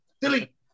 delete